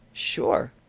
sure,